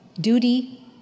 duty